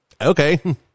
okay